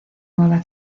nueva